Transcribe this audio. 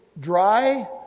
Dry